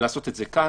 לעשות את זה כאן,